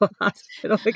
hospital